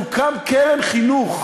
תוקם קרן חינוך.